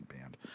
band